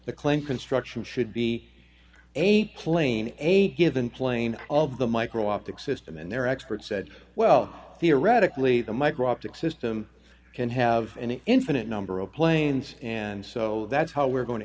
construction should be eight plane a given plane of the micro optics system and their expert said well theoretically the micro upticks system can have an infinite number of planes and so that's how we're going to